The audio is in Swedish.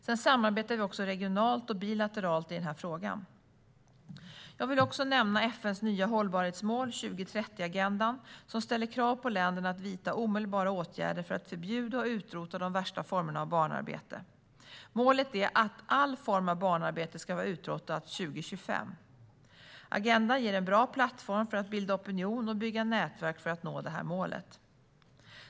Sedan samarbetar vi också regionalt och bilateralt i den frågan. Jag vill också nämna FN:s nya hållbarhetsmål, 2030-agendan, som ställer krav på länderna att vidta omedelbara åtgärder för att förbjuda och utrota de värsta formerna av barnarbete. Målet är att all form av barnarbete ska vara utrotat 2025. Agendan ger en bra plattform för att bilda opinion och bygga nätverk för att nå det målet.